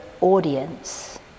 audience